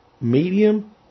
medium